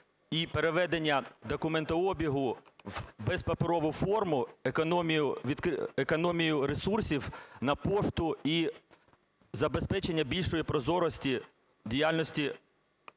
і переведення документообігу в безпаперову форму, економію ресурсів на пошту і забезпечення більшої прозорості діяльності